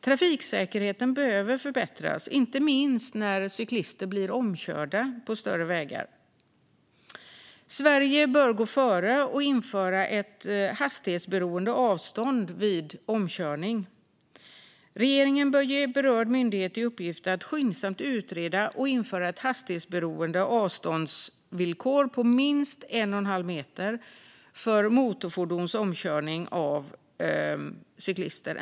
Trafiksäkerheten behöver förbättras, inte minst när cyklister blir omkörda på större vägar. Sverige bör gå före och införa ett hastighetsberoende avstånd vid omkörning. Regeringen bör ge berörd myndighet i uppgift att skyndsamt utreda och införa ett hastighetsberoende avståndsvillkor på minst en och en halv meter för motorfordons omkörning av cyklister.